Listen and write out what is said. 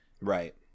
Right